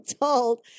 told